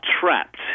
trapped